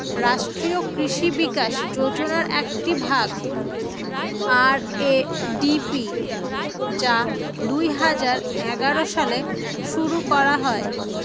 রাষ্ট্রীয় কৃষি বিকাশ যোজনার একটি ভাগ আর.এ.ডি.পি যা দুই হাজার এগারো সালে শুরু করা হয়